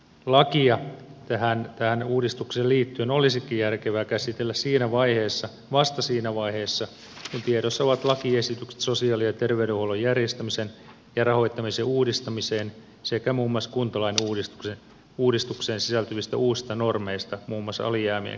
valtionosuusuudistusta ja lakia tähän uudistukseen liittyen olisikin järkevää käsitellä vasta siinä vaiheessa kun tiedossa ovat lakiesitykset sosiaali ja terveydenhuollon järjestämisen ja rahoittamisen uudistamiseen sekä muun muassa kuntalain uudistukseen sisältyvistä uusista normeista muun muassa alijäämien kattamisvelvollisuudesta